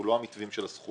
שהוא לא המתווים של הסכום.